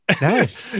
Nice